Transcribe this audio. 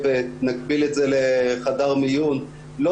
יכול להיות שאם זמן השהייה שלהן היה ארוך יותר הן היו יותר מוכנות לצאת